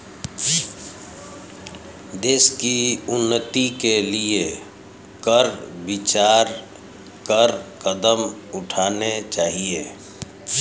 देश की उन्नति के लिए कर विचार कर कदम उठाने चाहिए